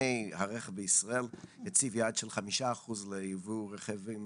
הרכב בישראל הציב יעד של חמישה אחוז לייבוא רכבים